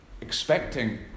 expecting